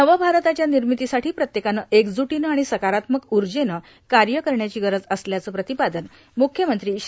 नव भारताच्या निर्मितीसाठी प्रत्येकानं एकजुटीनं आणि सकारात्मक ऊर्जेनं कार्य करण्याची गरज असल्याचं प्रतिपादन मुख्यमंत्री श्री